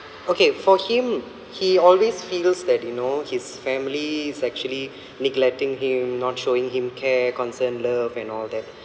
okay for him he always feels that you know his family's actually neglecting him not showing him care concern love and all that